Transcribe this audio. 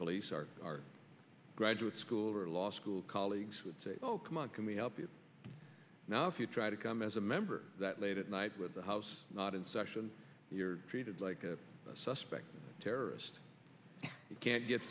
police are our graduate school or law school colleagues would say oh come on can we help you now if you try to come as a member that late at night with the house not in session you're treated like a suspect terrorist you can't get